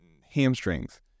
hamstrings